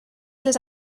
les